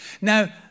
Now